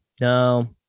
no